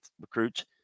recruits